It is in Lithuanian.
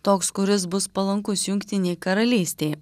toks kuris bus palankus jungtinei karalystei